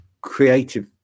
creative